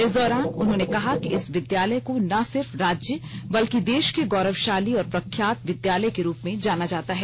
इस दौरान उन्होंने कहा कि इस विद्यालय को ना सिर्फ राज्य बल्कि देश के गौरवशाली और प्रख्यात विद्यालय के रूप में जाना जाता है